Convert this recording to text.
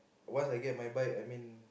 once I get my bike I mean